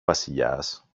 βασιλιάς